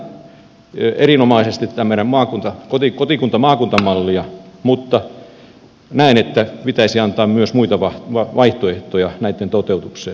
kannatan erinomaisesti tätä meidän kotikuntamaakunta mallia mutta näen että pitäisi antaa myös muita vaihtoehtoja näitten toteutukseen